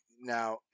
now